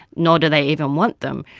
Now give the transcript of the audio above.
nor do they even want them,